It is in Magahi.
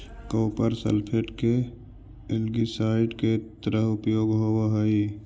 कॉपर सल्फेट के एल्गीसाइड के तरह उपयोग होवऽ हई